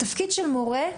התפקיד של מורה,